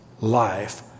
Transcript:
life